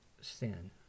sin